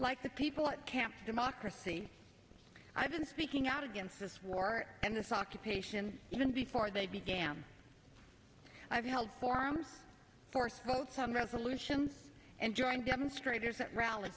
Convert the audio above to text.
like the people at camp democracy i've been speaking out against this war and this occupation even before they began i've helped form force votes on resolution and join demonstrators at rall